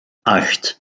acht